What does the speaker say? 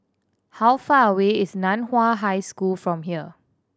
how far away is Nan Hua High School from here